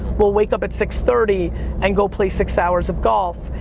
will wake up at six thirty and go play six hours of golf.